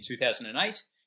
2008